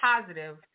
positive